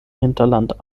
hinterland